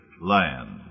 land